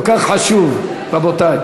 הנושא כל כך חשוב, רבותי.